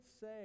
say